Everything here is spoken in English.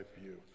view